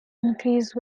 increase